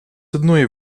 одної